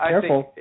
Careful